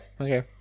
okay